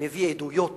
מביא עדויות